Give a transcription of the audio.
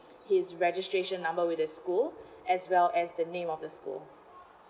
his registration number with the school as well as the name of the school